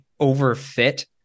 overfit